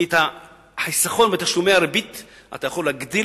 כי עם החיסכון בתשלומי הריבית אתה יכול להגדיל